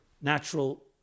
natural